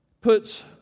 puts